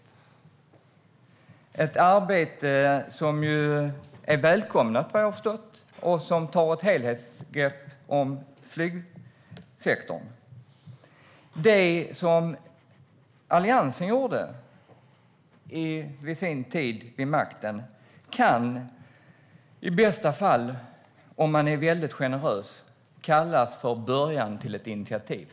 Det är ett arbete som är välkommet, vad jag har förstått, och som tar ett helhetsgrepp om flygsektorn. Det som Alliansen gjorde under sin tid vid makten kan i bästa fall, om vi är generösa, kallas för början till ett initiativ.